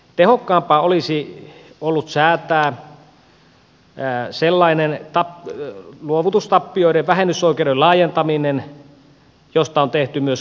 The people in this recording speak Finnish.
tehokkaampaa olisi ollut säätää sellainen luovutustappioiden vähennysoikeuden laajentaminen josta on tehty myös lakialoite